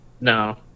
no